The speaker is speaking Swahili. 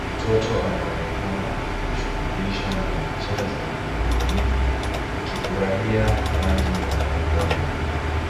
mtoto anaonekana akishugulisha na michezo vya ubunifu akifurahia rangi na maumbo mbalimbali.